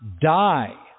die